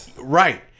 Right